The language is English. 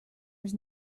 was